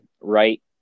right